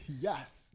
Yes